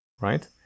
right